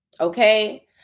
Okay